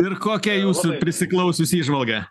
ir kokia jūsų prisiklausius įžvalga